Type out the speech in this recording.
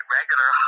regular